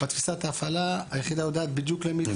בתפיסת ההפעלה היחידה יודעת בדיוק למי היא